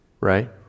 Right